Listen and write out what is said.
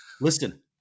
listen